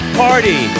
party